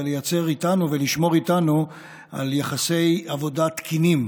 ולייצר איתנו ולשמור איתנו על יחסי עבודה תקינים.